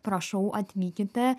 prašau atvykite